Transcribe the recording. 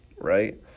right